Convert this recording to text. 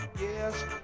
yes